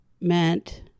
meant